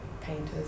painters